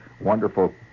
wonderful